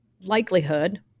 likelihood